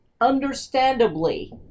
Understandably